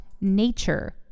nature